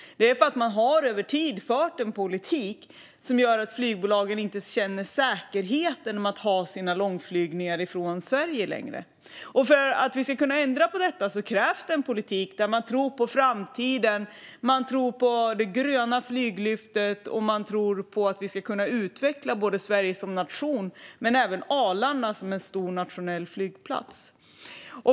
Det är på grund av att man över tid har fört en politik som gör att flygbolagen inte längre känner säkerhet när det gäller att ha sina långflygningar från Sverige. För att vi ska kunna ändra på detta krävs en politik där man tror på framtiden, på det gröna flyglyftet och på att vi ska kunna utveckla Sverige som nation men även Arlanda som en stor nationell flygplats.